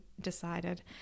decided